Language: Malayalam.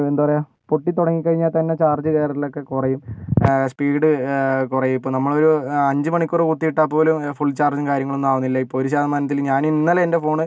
എന്താ പറയുക പൊട്ടിത്തുടങ്ങിക്കഴിഞ്ഞാൽ തന്നെ ചാർജ് കയറലൊക്കെ കുറയും സ്പീഡ് കുറയും ഇപ്പോൾ നമ്മളൊരു അഞ്ച് മണിക്കൂർ കുത്തി ഇട്ടാൽ പോലും ഫുൾ ചാർജും കാര്യങ്ങളൊന്നും ആകുന്നില്ല ഇപ്പോൾ ഒരു ശതമാനത്തിൽ ഞാൻ ഇന്നലെ എൻ്റെ ഫോൺ